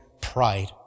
pride